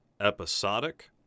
episodic